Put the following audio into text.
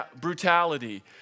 brutality